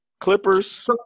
Clippers